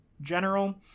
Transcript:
general